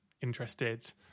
interested